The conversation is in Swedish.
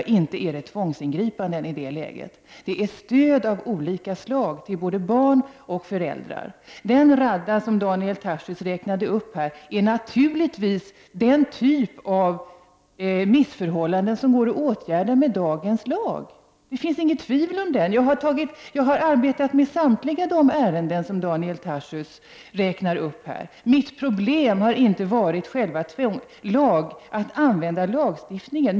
Ja, inte är det tvångsingripanden i det läget utan stöd av olika slag till både barn och föräldrar. Den radda av förhållanden som Daniel Tarschys räknade upp är naturligtvis den typ av missförhållanden som går att åtgärda med nuvarande lagstiftning. Det råder inget tvivel om det. Jag har arbetat med samtliga typer av ärenden som Da niel Tarschys har räknat upp här. Mitt problem har inte varit att tillämpa lagstiftningen.